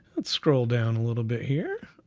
let's scroll down a little bit here.